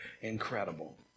incredible